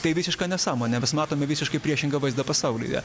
tai visiška nesąmonė mes matome visiškai priešingą vaizdą pasaulyje